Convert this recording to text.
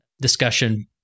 discussion